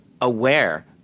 aware